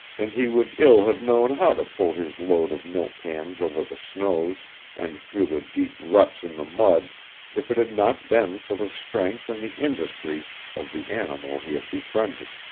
and he would ill have known how to pull his load of milk-cans over the snows and through the deep ruts in the mud if it had not been for the strength and the industry of the animal he had befriended.